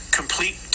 complete